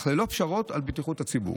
אך ללא פשרות על בטיחות הציבור.